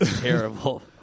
terrible